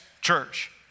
church